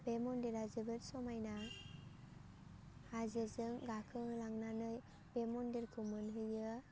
बे मन्दिरा जोबोद समायना हाजोजों गाखोलांनानै बे मन्दिरखौ मोनहैयो